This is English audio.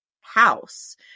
house